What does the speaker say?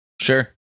Sure